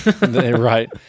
Right